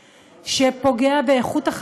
שפוגע לנו בפוריות,